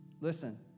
Listen